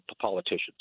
politicians